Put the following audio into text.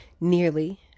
nearly